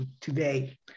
today